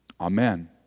Amen